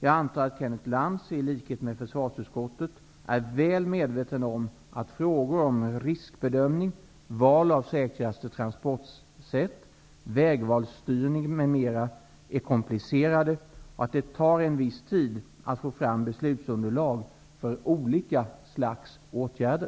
Jag antar att Kenneth Lantz, i likhet med försvarsutskottet, är väl medveten om att frågor om riskbedömning, val av säkraste transportsätt, vägvalsstyrning m.m. är komplicerade och att det tar en viss tid att få fram beslutsunderlag för olika slags åtgärder.